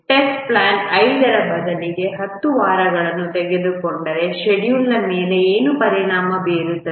test plan 5 ರ ಬದಲಿಗೆ 10 ವಾರಗಳನ್ನು ತೆಗೆದುಕೊಂಡರೆ ಶೆಡ್ಯೂಲ್ನ ಮೇಲೆ ಏನು ಪರಿಣಾಮ ಬೀರುತ್ತದೆ